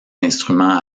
instruments